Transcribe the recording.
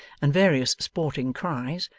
and various sporting cries,